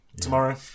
Tomorrow